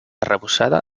arrebossada